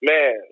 Man